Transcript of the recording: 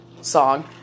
song